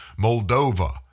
Moldova